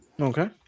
Okay